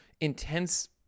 intense